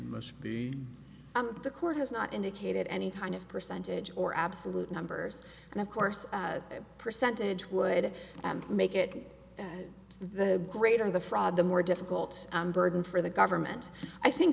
must be the court has not indicated any kind of percentage or absolute numbers and of course a percentage would make it the greater the fraud the more difficult burden for the government i think